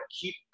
keep